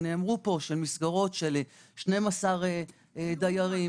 מסגרות של 12 דיירים,